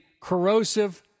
corrosive